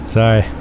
Sorry